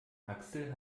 axel